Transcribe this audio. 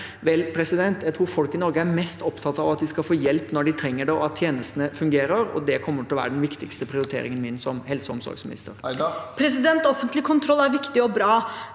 ventetidene, tror jeg folk i Norge er mest opptatt av at de skal få hjelp når de trenger det, og at tjenestene fungerer. Det kommer til å være den viktigste prioriteringen min som helse- og omsorgsminister. Seher Aydar (R) Offentlig kontroll er viktig og bra,